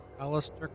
Alistair